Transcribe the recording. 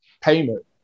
payment